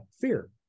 fear